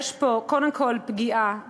יש פה קודם כול פגיעה בנשים,